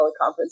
teleconference